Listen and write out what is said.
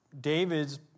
David's